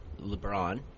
LeBron